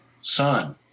son